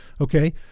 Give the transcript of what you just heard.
Okay